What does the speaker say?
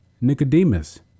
Nicodemus